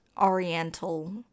oriental